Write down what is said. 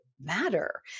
matter